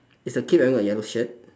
is the kid wearing a yellow shirt